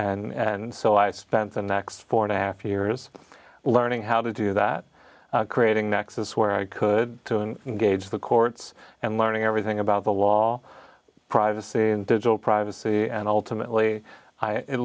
and so i spent the next four and a half years learning how to do that creating nexus where i could do and engage the courts and learning everything about the law privacy and digital privacy and ultimately i